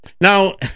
now